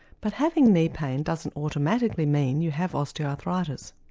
but having knee pain doesn't automatically mean you have osteoarthritis,